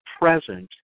present